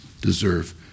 deserve